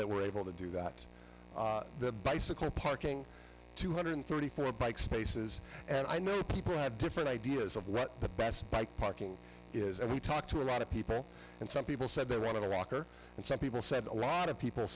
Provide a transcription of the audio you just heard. that we're able to do that that bicycle parking two hundred thirty four bike spaces and i know people have different ideas of what the best bike parking is and we talked to a lot of people and some people said they wanted a rocker and some people said a lot of people